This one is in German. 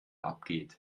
abgeht